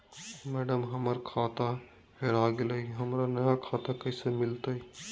madam, हमर खाता हेरा गेलई, हमरा नया खाता कैसे मिलते